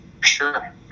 sure